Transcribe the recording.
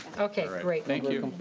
okay great. thank you.